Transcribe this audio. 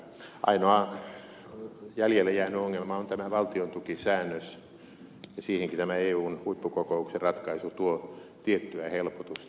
ainoa jäljelle jäänyt ongelma on tämä valtiontukisäännös ja siihenkin tämä eun huippukokouksen ratkaisu tuo tiettyä helpotusta